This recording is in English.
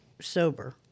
sober